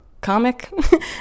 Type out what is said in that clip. comic